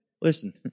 Listen